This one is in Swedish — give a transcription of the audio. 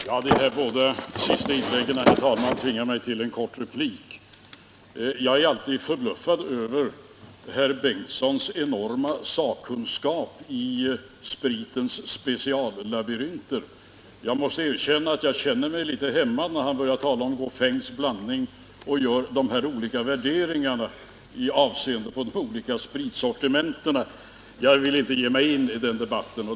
Herr talman! De båda senaste inläggen tvingar mig till en kort replik. Jag förbluffas alltid över herr förste vice talmannen Bengtsons enorma sakkunskap i spritens speciallabyrinter. Jag måste erkänna att jag känner mig litet hämmad när han börjar tala om Gauffins dubbelblandning och gör sina värderingar i avseende på spritsortimentet. Jag vill inte ge mig in i den debatten.